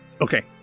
Okay